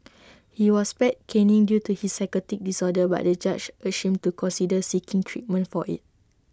he was spared caning due to his psychotic disorder but the judge urged him to consider seeking treatment for IT